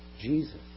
Jesus